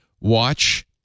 watch